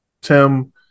Tim